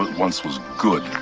once was good